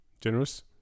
generous